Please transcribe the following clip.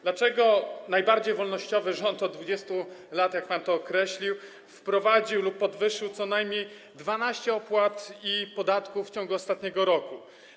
Dlaczego najbardziej wolnościowy rząd od 20 lat, jak pan to określił, wprowadził lub podwyższył co najmniej dwanaście opłat i podatków w ciągu ostatniego roku?